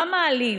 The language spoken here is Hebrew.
מה מעליב,